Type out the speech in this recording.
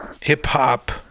hip-hop